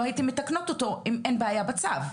לא הייתן מתקנות אותו אם אין בעיה בצו.